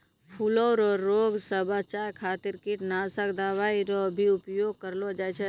फूलो रो रोग से बचाय खातीर कीटनाशक दवाई रो भी उपयोग करलो जाय छै